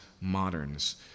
moderns